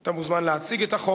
אתה מוזמן להציג את החוק.